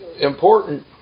important